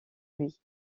lui